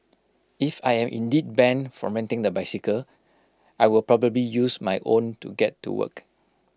if I am indeed banned from renting the bicycle I will probably use my own to get to work